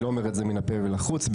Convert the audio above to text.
לא אומר זאת מהפה אל החוץ.